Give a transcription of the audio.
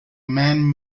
man